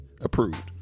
approved